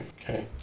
Okay